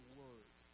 word